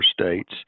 states